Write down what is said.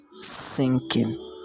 sinking